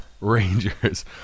Rangers